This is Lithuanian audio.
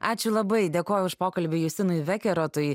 ačiū labai dėkoju už pokalbį justinui vekerotui